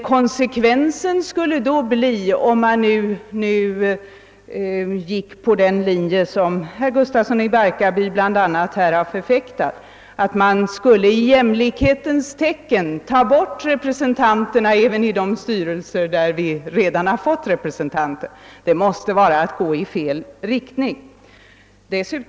Konsekvensen skulle då bli, om man gick på den linjen som bl.a. herr Gustafsson i Barkarby förfäktar, att man i jämlikhetens tecken tog bort de anställdas representanter ur de styrelser där sådana nu sitter. Det måste vara att gå åt fel håll.